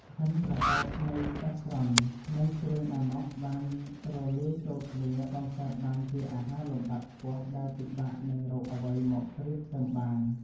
ក្លិនក្រអូបនៃសាហ្វ្រ៉ន់និងគ្រឿងអាម៉ុកបានរលាយចូលគ្នាបង្កើតបានជាអាហារលំដាប់ខ្ពស់ដែលពិបាកនឹងរកអ្វីមកប្រៀបផ្ទឹមបាន។